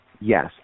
Yes